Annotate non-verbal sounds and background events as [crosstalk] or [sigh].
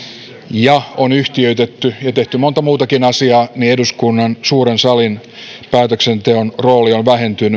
ja on yhtiöitetty ja tehty monta muutakin asiaa niin eduskunnan suuren salin päätöksenteon rooli on vähentynyt [unintelligible]